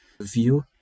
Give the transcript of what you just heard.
view